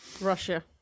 Russia